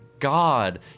God